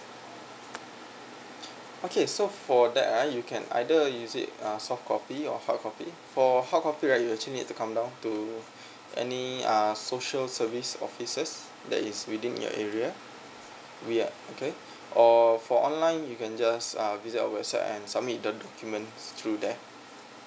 okay so for that uh you can either use it err soft copy or hard copy for hard copy right you actually need to come down to any uh social service offices that is within your area we are okay or for online you can just uh visit our website and submit the documents through there